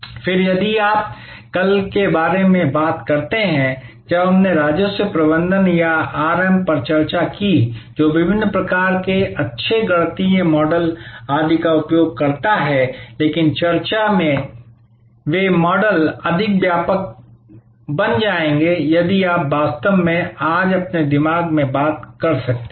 फिर यदि आप कल के बारे में बात करते हैं जब हमने राजस्व प्रबंधन या आरएम पर चर्चा की जो विभिन्न प्रकार के अच्छे गणितीय मॉडल आदि का उपयोग करता है लेकिन चर्चा के वे मॉडल अधिक व्यापक के लिए बन जाएंगे यदि आप वास्तव में आज अपने दिमाग में बात कर सकते हैं